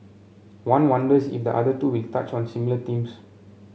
one wonders if the other two will touch on similar themes